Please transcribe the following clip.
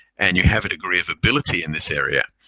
and you have a degree of ability in this area,